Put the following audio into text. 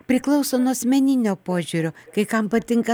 priklauso nuo asmeninio požiūrio kai kam patinka